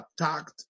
attacked